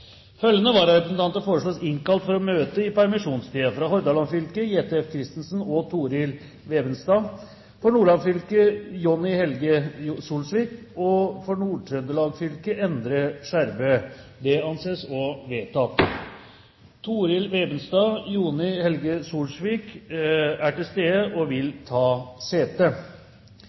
Følgende vararepresentanter innkalles for å møte i permisjonstiden: For Hordaland fylke Jette F. Christensen og Torill Vebenstad For Nordland fylke Jonni Helge Solsvik For Nord-Trøndelag fylke Endre Skjervø Torill Vebenstad og Jonni Helge Solsvik er til stede og vil ta sete.